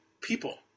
people